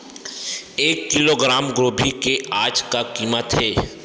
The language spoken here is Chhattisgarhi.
एक किलोग्राम गोभी के आज का कीमत हे?